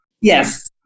yes